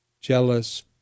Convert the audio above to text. jealous